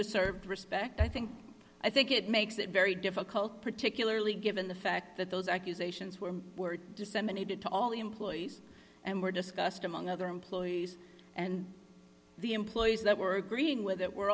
deserved respect i think i think it makes it very difficult particularly given the fact that those accusations were were disseminated to all the employees and were discussed among other employees and the employees that were green with it were